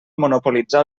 monopolitzar